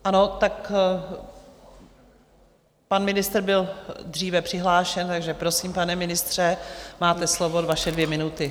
Ano, tak pan ministr byl dříve přihlášen, takže prosím, pane ministře, máte slovo, vaše dvě minuty.